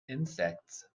insects